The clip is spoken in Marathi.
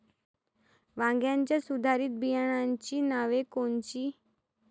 वांग्याच्या सुधारित बियाणांची नावे कोनची?